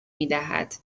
میدهد